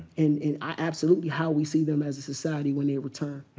and and absolutely how we see them as a society when they return.